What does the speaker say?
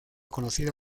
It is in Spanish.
conocida